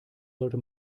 sollte